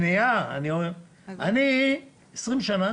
20 שנה